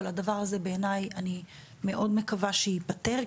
אבל הדבר הזה אני מאוד מקווה שהוא ייפתר,